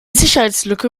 sicherheitslücke